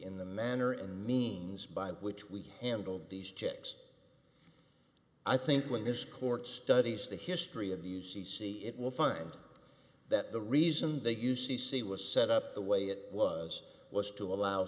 in the manner and means by which we handled these checks i think when this court studies the history of the c c it will find that the reason they use c c was set up the way it was was to allow